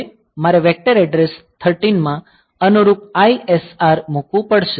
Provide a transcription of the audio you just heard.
મારે vector address 13 માં અનુરૂપ ISR મૂકવું પડશે